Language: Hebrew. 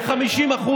ב-50%.